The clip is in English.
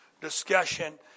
discussion